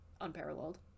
unparalleled